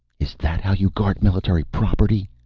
is that how you guard military property?